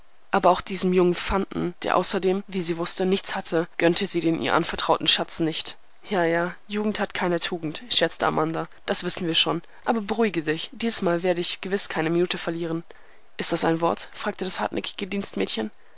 aber auch diesem jungen fanten der außerdem wie sie wußte nichts hatte gönnte sie den ihr anvertrauten schatz nicht ja ja jugend hat keine tugend scherzte amanda das wissen wir schon aber beruhige dich diesmal werde ich gewiß keine minute verlieren ist das ein wort fragte das hartnäckige dienstmädchen